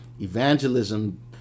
Evangelism